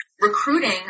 recruiting